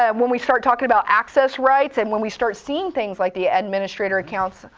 um when we start talking about access rights, and when we start seeing things like the administrator accounts,